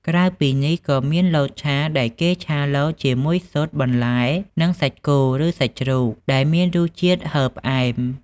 ក្រៅពីនេះ ក៏មាន លតឆា ដែលគេឆាលតជាមួយស៊ុត បន្លែ និងសាច់គោ ឬសាច់ជ្រូក ដែលមានរសជាតិហឹរផ្អែម។